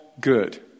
good